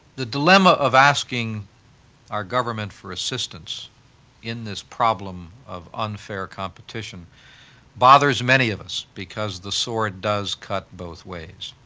the dilemma of asking our government for assistance in this problem of unfair competition bothers many of us, because the sword does cut both ways.